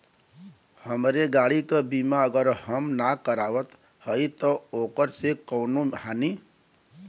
हमरे गाड़ी क बीमा अगर हम ना करावत हई त ओकर से कवनों हानि?